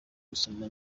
gusoma